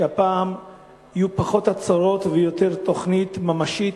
שהפעם יהיו פחות הצהרות ויותר תוכנית ממשית